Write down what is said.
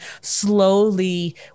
slowly